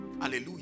Hallelujah